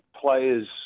players